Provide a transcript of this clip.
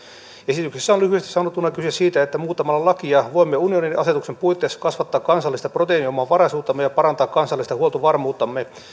esityksessä on lyhyesti sanottuna kyse siitä että muuttamalla lakia voimme unionin asetuksen puitteissa kasvattaa kansallista proteiiniomavaraisuuttamme ja parantaa kansallista huoltovarmuuttamme